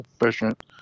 efficient